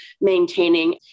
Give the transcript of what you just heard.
maintaining